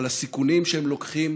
על הסיכונים שהם לוקחים